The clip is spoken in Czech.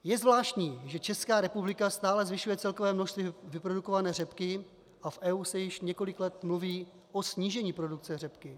Je zvláštní, že Česká republika stále zvyšuje celkové množství vyprodukované řepky a v EU se již několik let mluví o snížení produkce řepky.